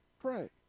pray